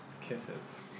Kisses